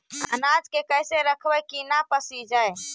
अनाज के कैसे रखबै कि न पसिजै?